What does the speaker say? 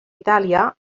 itàlia